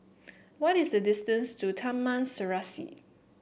what is the distance to Taman Serasi